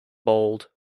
bold